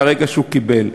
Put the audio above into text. אלא מהרגע שהוא קיבל.